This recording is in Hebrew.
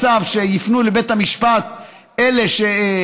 יש מצב שיפנו לבית המשפט הלא-פעילים,